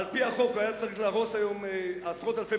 על-פי החוק הוא היה צריך להרוס היום עשרות אלפי